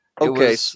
Okay